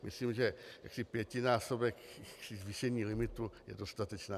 Myslím, že pětinásobek zvýšení limitu je dostatečná věc.